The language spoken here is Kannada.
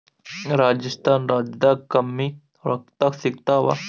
ರಾಜಸ್ಥಾನ ರಾಜ್ಯದಾಗ ಕಮ್ಮಿ ರೊಕ್ಕದಾಗ ಸಿಗತ್ತಾವಾ?